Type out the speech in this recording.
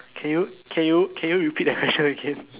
can you can you can you repeat the question again